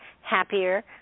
happier